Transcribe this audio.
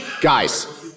guys